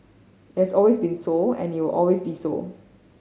it has always been so and it will always be so